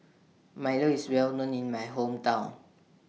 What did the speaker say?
Milo IS Well known in My Hometown